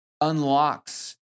unlocks